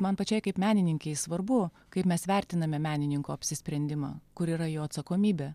man pačiai kaip menininkei svarbu kaip mes vertiname menininko apsisprendimą kur yra jo atsakomybė